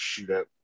shootout